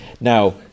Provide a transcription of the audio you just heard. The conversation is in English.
Now